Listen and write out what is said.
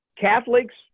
Catholics